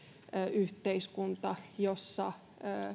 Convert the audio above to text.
yhteiskunta jossa